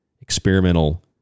experimental